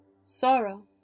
sorrow